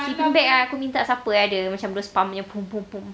sleeping bag ah aku minta siapa yang ada terus pam macam boom boom boom